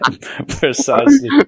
Precisely